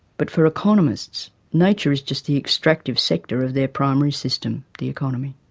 but for economists nature is just the extractive sector of their primary system, the economy.